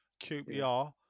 QPR